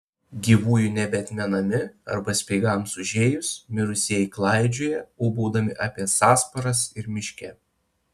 gyvųjų nebeatmenami arba speigams užėjus mirusieji klaidžioja ūbaudami apie sąsparas ir miške